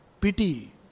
pity